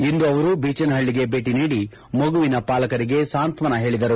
ಇಂದು ಅವರು ಬೀಚನಹಳ್ಳಿಗೆ ಭೇಟಿ ನೀಡಿ ಮಗುವಿನ ಪಾಲಕರಿಗೆ ಸಾಂತ್ವನ ಹೇಳಿದ್ದಾರೆ